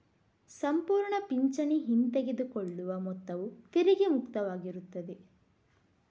ಸಂಪೂರ್ಣ ಪಿಂಚಣಿ ಹಿಂತೆಗೆದುಕೊಳ್ಳುವ ಮೊತ್ತವು ತೆರಿಗೆ ಮುಕ್ತವಾಗಿರುತ್ತದೆ